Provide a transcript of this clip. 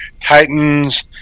Titans